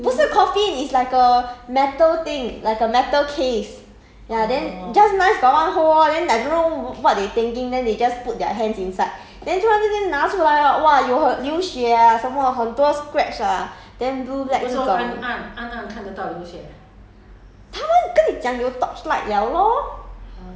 是 a asylum 来的 mah hospital 这样不是 coffin is like a metal thing like a metal case ya then just nice got one hole lor then I don't know wh~ what they thinking then they just put their hands inside then 突然之间拿出来 hor !wah! 有很流血 ah 什么很多 scratch lah then blue black 这种